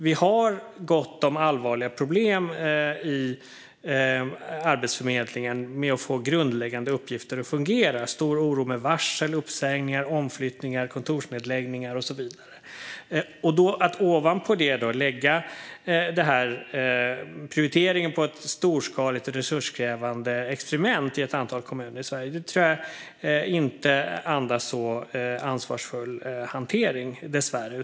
Vi har gott om allvarliga problem i Arbetsförmedlingen med att få grundläggande uppgifter att fungera. Det finns stor oro med varsel, uppsägningar, omflyttningar, kontorsnedläggningar och så vidare. Att ovanpå detta lägga prioriteringen på ett storskaligt och resurskrävande experiment i ett antal kommuner i Sverige tror jag dessvärre inte andas en så ansvarsfull hantering.